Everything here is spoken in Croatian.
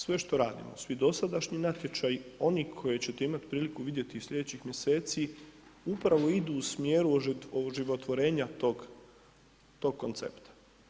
Sve što radimo, svi dosadašnji natječaji, oni koji ćete imati priliku vidjeti sljedećih mjeseci upravo idu u smjeru oživotvorenja tog koncepta.